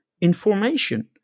information